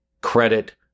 credit